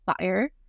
fire